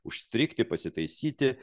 užstrigti pasitaisyti